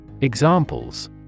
Examples